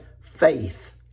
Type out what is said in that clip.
faith